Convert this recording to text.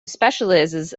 specialises